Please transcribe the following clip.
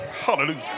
Hallelujah